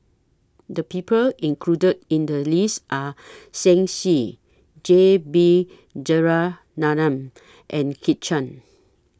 The People included in The list Are Shen Xi J B Jeyaretnam and Kit Chan